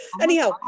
Anyhow